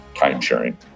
time-sharing